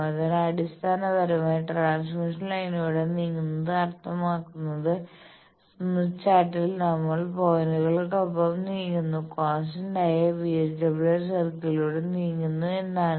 അതിനാൽ അടിസ്ഥാനപരമായി ട്രാൻസ്മിഷൻ ലൈനിലൂടെ നീങ്ങുന്നത് അർത്ഥമാക്കുന്നത് സ്മിത്ത് ചാർട്ടിൽ നമ്മൾ പോയിന്റുകൾക്കൊപ്പം നീങ്ങുന്നു കോൺസ്റ്റന്റായ VSWR സർക്കിളിലൂടെ നീങ്ങുന്നു എന്നാണ്